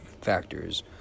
factors